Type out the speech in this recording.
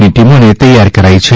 ની ટીમોને તૈયાર કરાઈ છે